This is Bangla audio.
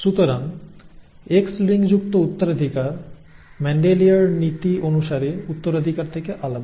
সুতরাং X লিঙ্কযুক্ত উত্তরাধিকার মেন্ডেলিয়ার নীতি অনুসারে উত্তরাধিকার থেকে আলাদা